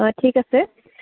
অঁ ঠিক আছে